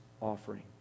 offering